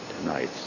tonight